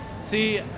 See